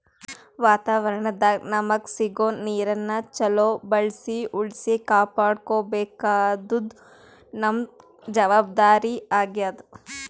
ವಾತಾವರಣದಾಗ್ ನಮಗ್ ಸಿಗೋ ನೀರನ್ನ ಚೊಲೋ ಬಳ್ಸಿ ಉಳ್ಸಿ ಕಾಪಾಡ್ಕೋಬೇಕಾದ್ದು ನಮ್ಮ್ ಜವಾಬ್ದಾರಿ ಆಗ್ಯಾದ್